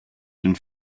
den